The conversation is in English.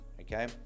okay